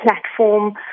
platform